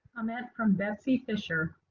comment from betsy fisher.